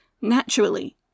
naturally